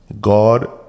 God